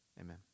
Amen